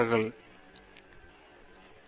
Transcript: பேராசிரியர் பிரதாப் ஹரிதாஸ் சரி